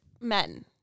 men